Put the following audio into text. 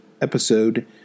episode